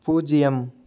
பூஜ்ஜியம்